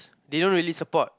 they don't really support